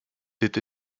été